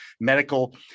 medical